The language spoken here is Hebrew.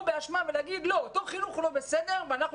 בהאשמה ולהגיד שאותו חינוך הוא לא בסדר ושאנחנו